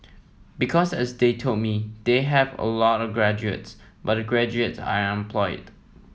because as they told me they have a lot of graduates but the graduates are unemployed